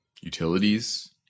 utilities